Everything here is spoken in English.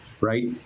right